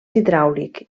hidràulic